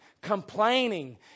complaining